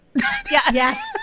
yes